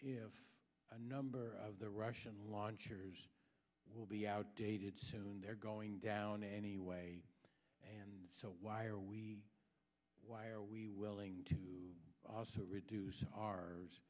if a number of the russian launchers will be outdated soon they're going down anyway and why are we why are we willing to reduce